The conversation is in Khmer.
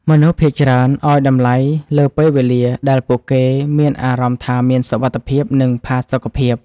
មនុស្សភាគច្រើនឱ្យតម្លៃលើពេលវេលាដែលពួកគេមានអារម្មណ៍ថាមានសុវត្ថិភាព និងផាសុកភាព។